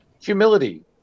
humility